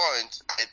point